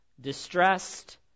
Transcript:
distressed